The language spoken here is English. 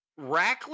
Rackley